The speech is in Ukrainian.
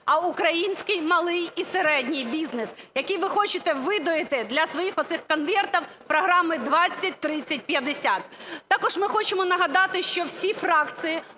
а український малий і середній бізнес, який ви хочете видоїти для своїх оцих "конвертов", програми 20/30/50. Також ми хочемо нагадати, що всі фракції